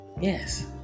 Yes